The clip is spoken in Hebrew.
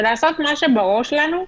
לעשות מה שבראש שלנו.